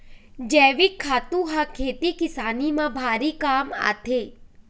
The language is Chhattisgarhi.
जइविक खातू ह खेती किसानी म भारी काम आथे